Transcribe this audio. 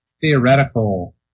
theoretical